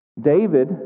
David